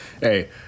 Hey